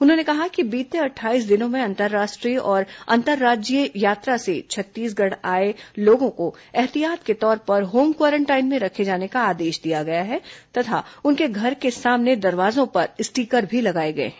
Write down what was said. उन्होंने कहा है कि बीते अटठाईस दिनों में अंतर्राष्ट्रीय और अंतर्राज्यीय यात्रा से छत्तीसगढ़ आए लोगों को ऐहतियात के तौर पर होम क्वारेंटाइन में रखे जाने का आदेश दिया गया है तथा उनके घर के सामने दरवाजों पर स्टीकर भी लगाए गए हैं